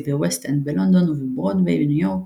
בווסט אנד בלונדון ובברודוויי בניו יורק,